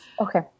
Okay